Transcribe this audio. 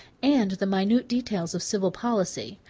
and the minute details of civil policy.